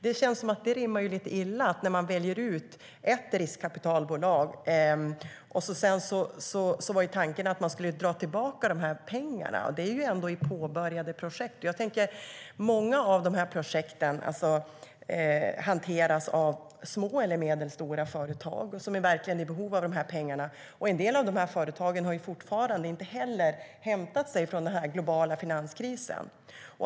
Det känns som att det rimmar lite illa, när man väljer ut ett riskkapitalbolag, med att tanken sedan var att man skulle dra tillbaka pengarna. Det är ändå i påbörjade projekt, och många av de projekten hanteras av små eller medelstora företag som verkligen är i behov av de pengarna. En del av företagen har fortfarande inte heller hämtat sig från den globala finanskrisen.